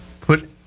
put